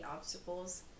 obstacles